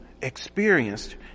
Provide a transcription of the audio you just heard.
experienced